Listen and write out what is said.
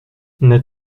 n’as